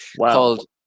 called